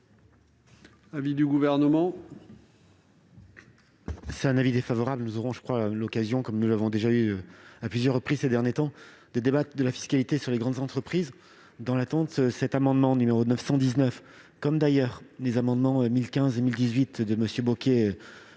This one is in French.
l'avis du Gouvernement ?